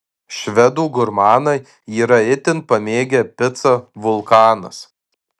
švedų gurmanai yra itin pamėgę picą vulkanas